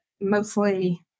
mostly